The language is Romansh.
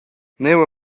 nua